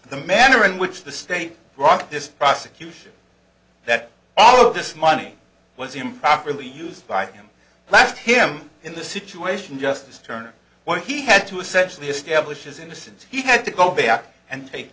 the manner in which the state rocked this prosecution that all of this money was improperly used by him left him in the situation just turning what he had to essentially establish his innocence he had to go back and take